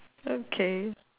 okay